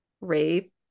rape